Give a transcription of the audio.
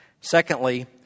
Secondly